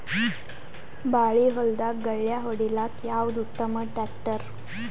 ಬಾಳಿ ಹೊಲದಾಗ ಗಳ್ಯಾ ಹೊಡಿಲಾಕ್ಕ ಯಾವದ ಉತ್ತಮ ಟ್ಯಾಕ್ಟರ್?